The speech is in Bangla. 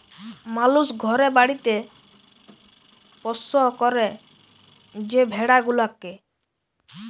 মালুস ঘরে বাড়িতে পৌষ্য ক্যরে যে ভেড়া গুলাকে